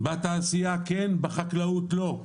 בתעשייה כן, בחקלאות לא.